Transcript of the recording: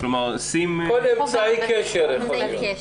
כל אמצעי קשר.